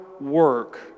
work